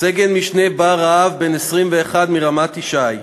סגן-משנה בר רהב, בן 21, מרמת-ישי,